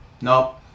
Nope